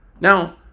now